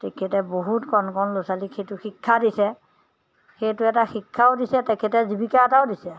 তেখেতে বহুত কণ কণ ল'ৰা ছোৱালীক সেইটো শিক্ষা দিছে সেইটো এটা শিক্ষাও দিছে তেখেতে জীৱিকা এটাও দিছে